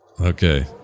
Okay